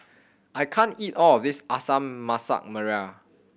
I can't eat all of this Masak Merah